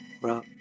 bro